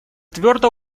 твердо